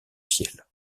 ciel